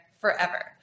forever